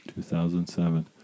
2007